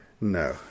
No